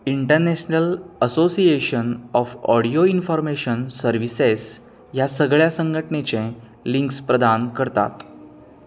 international association of audio information services ह्या सगळ्या संघटणेचे लिंक्स प्रदान करतात